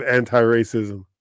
anti-racism